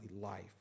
life